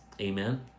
amen